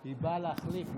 היא באה להחליף.